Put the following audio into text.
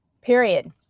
period